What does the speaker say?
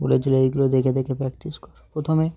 বলেছিল এইগুলো দেখে দেখে প্র্যাকটিস কর প্রথমে